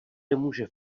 nemůže